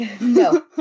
No